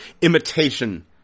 imitation